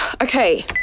Okay